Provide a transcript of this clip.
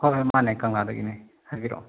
ꯍꯣꯏ ꯍꯣꯏ ꯃꯥꯅꯦ ꯀꯪꯂꯥꯗꯒꯤꯅꯦ ꯍꯥꯏꯕꯤꯔꯛꯑꯣ